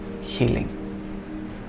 healing